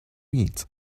weed